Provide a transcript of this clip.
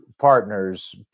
partners